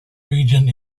region